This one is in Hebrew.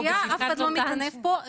הבנו את הסוגייה, אף אחד לא מטנף פה.